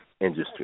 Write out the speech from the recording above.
industry